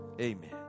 amen